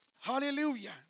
hallelujah